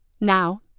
Now